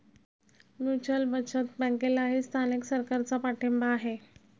mutual बचत बँकेलाही स्थानिक सरकारचा पाठिंबा आहे